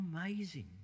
amazing